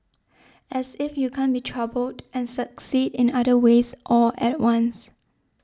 as if you can't be troubled and succeed in other ways all at once